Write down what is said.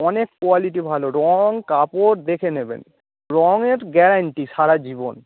অনেক কোয়ালিটি ভালো রং কাপড় দেখে নেবেন রঙের গ্যারান্টি সারা জীবন